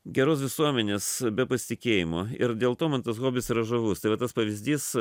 geros visuomenės be pasitikėjimo ir dėl to man tas hobis yra žavus tai va tas pavyzdys